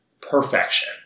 perfection